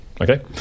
Okay